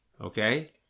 Okay